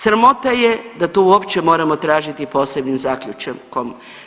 Sramota je da to uopće moramo tražiti posebnim zaključkom.